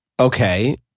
okay